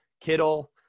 Kittle